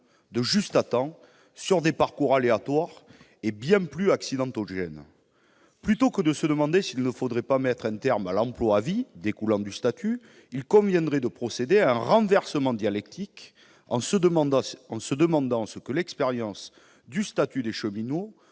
« juste-à-temps » sur des parcours aléatoires et bien plus accidentogènes. Plutôt que de se demander s'il ne faudrait pas mettre un terme à l'emploi à vie qui découle du statut, il conviendrait de procéder à un renversement dialectique, en se demandant ce que l'expérience du statut des cheminots